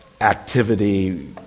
activity